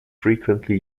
frequently